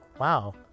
wow